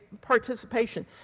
participation